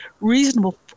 reasonable